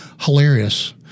hilarious